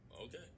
Okay